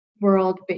world